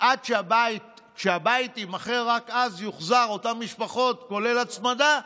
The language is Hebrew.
כשהבית יימכר, רק אז זה יוחזר כולל הצמדה.